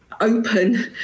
open